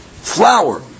flour